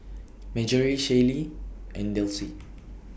Marjory Shaylee and Delsie